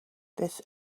this